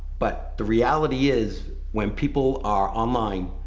but the reality is, when people are online,